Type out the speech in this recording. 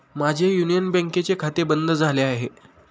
माझे युनियन बँकेचे खाते बंद झाले आहे